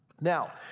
Now